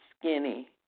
skinny